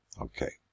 okay